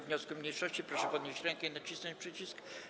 wniosku mniejszości, proszę podnieść rękę i nacisnąć przycisk.